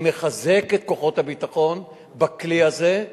אני מחזק את כוחות הביטחון בכלי הזה,